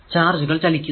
ചാർജുകൾ ചലിക്കുന്നു